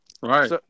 right